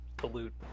salute